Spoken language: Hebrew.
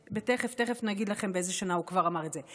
תכף, תכף נגיד לכם באיזו שנה הוא כבר אמר את זה.